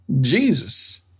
Jesus